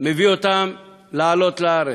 מביאים אותם לעלות לארץ.